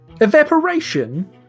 Evaporation